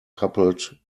coupled